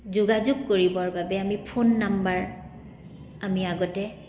যোগাযোগ কৰিবৰ বাবে আমি ফোন নম্বৰ আমি আগতে